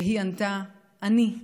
והיא ענתה: אני.